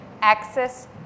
access